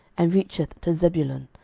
and reacheth to zebulun,